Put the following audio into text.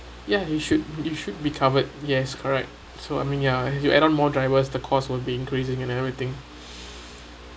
ya you should you should be covered yes correct so I mean ya if you add on more drivers the cost will be increasing and everything